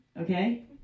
Okay